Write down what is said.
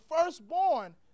firstborn